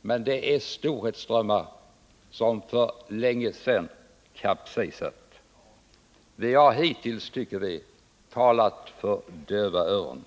men det är storhetsdrömmar som för länge sedan kapsejsat. Vi har hittills, tycker vi, talat för döva öron.